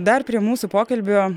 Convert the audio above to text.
dar prie mūsų pokalbio